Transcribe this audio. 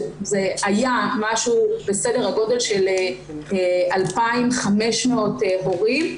זה היה משהו בסדר הגודל של 2,500 הורים,